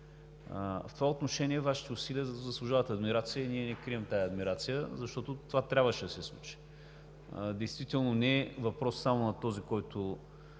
В това отношение Вашите усилия заслужават адмирация и ние не крием тази адмирация, защото това трябваше да се случи. Действително не е въпрос само на този, който